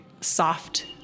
soft